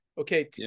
Okay